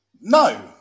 No